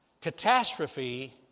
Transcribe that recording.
catastrophe